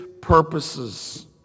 purposes